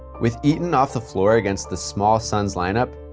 with eaton off the floor against the small suns' lineup,